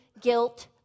guilt